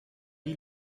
die